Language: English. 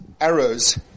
arrows